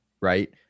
right